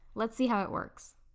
let's see how it works.